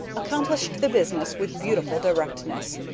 accomplished the business with beautiful directness.